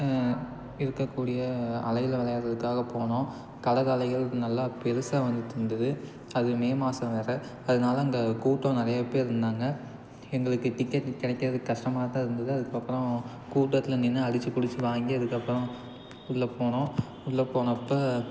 இருக்கற கூடிய அலையில் விளையாட்றதுக்காக போனோம் கடல் அலைகள் நல்லா பெருசா வந்துட்டு இருந்துது அது மே மாதம் வேறே அதனால அங்கே கூட்டம் நிறையா பேர் இருந்தாங்க எங்களுக்கு டிக்கெட் கிடைக்கிறது கஷ்டமா தான் இருந்துது அதுக்கப்புறம் கூட்டத்தில் நின்று அடித்து பிடிச்சி வாங்கி அதுக்கப்புறம் உள்ள போனோம் உள்ள போனப்ப